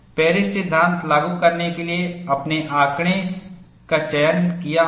Paris सिद्धांत लागू करने के लिए आपने आंकड़े का चयन किया होगा